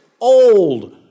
old